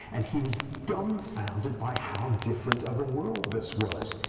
and he was dumbfounded by how different of a world this was.